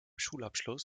schulabschluss